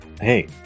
Hey